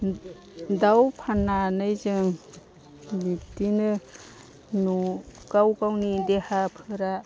दाउ फाननानै जों बिदिनो गाव गावनि देहाफोरा